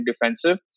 defensive